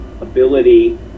ability